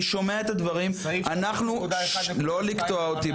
אני שומע את הדברים --- סעיף -- לא לקטוע אותי,